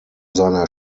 seiner